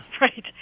right